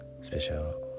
special